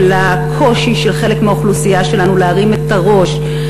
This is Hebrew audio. של הקושי של חלק מהאוכלוסייה שלנו להרים את הראש,